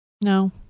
No